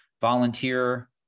volunteer